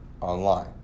online